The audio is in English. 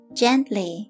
gently